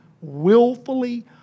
willfully